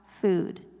Food